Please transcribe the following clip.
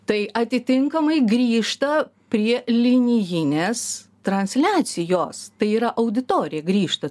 tai atitinkamai grįžta prie linijinės transliacijos tai yra auditorija grįžta